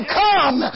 come